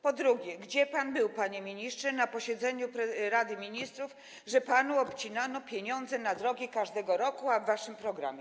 Po drugie, gdzie pan był, panie ministrze, na posiedzeniu Rady Ministrów, że panu obcinano pieniądze na drogi każdego roku, a to było w waszym programie?